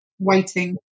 waiting